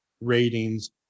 ratings